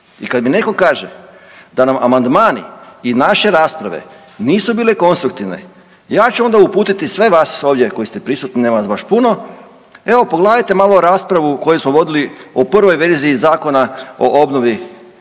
I kad mi netko kaže da nam amandmani i naše rasprave nisu bile konstruktivne ja ću onda uputiti sve vas ovdje koji ste prisutni nema vas baš puno, evo pogledajte malo raspravu koju smo vodili u prvoj verziji Zakona o obnovi